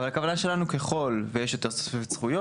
אבל הכוונה שלנו שככל שיש יותר זכויות,